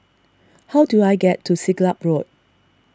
how do I get to Siglap Road